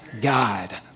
God